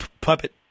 puppet